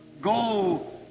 go